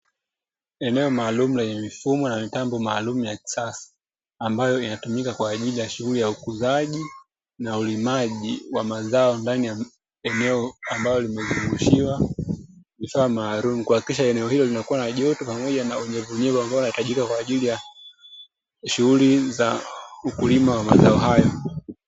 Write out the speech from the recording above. Eneo maalumu lenye mifumo na mitambo maalumu ya kisasa, ambayo inatumika kwa ajili ya shughuli ya ukuzaji na ulimaji wa mazao ndani ya eneo ambalo limezungushiwa vifaa maalumu; kuhakikisha eneo hilo linakua na joto pamoja na unyevunyevu ambao unahitajika kwa ajili ya shughuli za ukulima wa mazao hayo.